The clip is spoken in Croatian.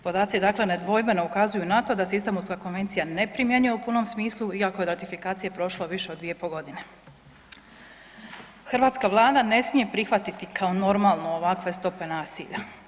Podaci dakle nedvojbeno ukazuju na to da se Istambulska konvencija ne primjenjuje u punom smislu iako je od ratifikacije prošlo više od 2,5.g. Hrvatska vlada ne smije prihvatiti kao normalno ovakve stope nasilja.